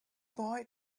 boy